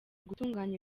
gutunganya